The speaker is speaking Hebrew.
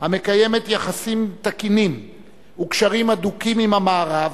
המקיימת יחסים תקינים וקשרים הדוקים עם המערב,